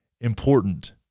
important